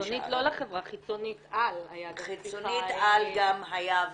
----- לא לחברה חיצונית על -- חיצונית על גם היה.